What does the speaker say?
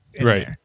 Right